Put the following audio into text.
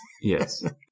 Yes